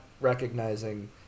recognizing